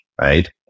right